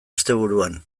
asteburuan